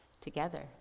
together